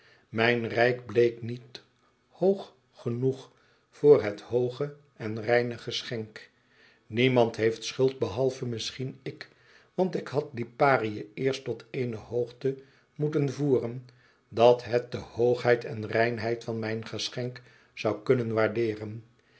mijn rijk bleek niet hoog genoeg voor het hooge en reine geschenk niemand heeft schuld behalve misschien ik want ik had liparië eerst tot eene hoogte moeten voeren dat het de hoogheid en reinheid van mijn geschenk zoû kunnen waardeeren